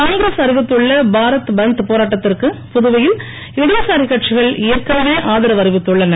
காங்கிரஸ் அறிவித்துள்ள பாரத் பந்த் போராட்டத்திற்கு புதுவையில் இடதுசாரி கட்சிகள் ஏற்கனவே ஆதரவு அறிவித்துள்ளன